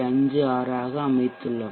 56 ஆக அமைத்துள்ளோம்